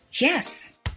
Yes